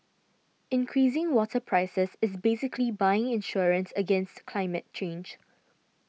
increasing water prices is basically buying insurance against climate change